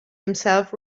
himself